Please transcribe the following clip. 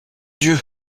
dieu